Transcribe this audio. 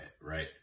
right